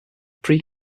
pre